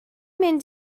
mynd